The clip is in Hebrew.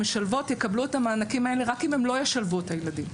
המשלבות יקבלו את המענקים האלה רק אם הן לא ישלבו את הילדים,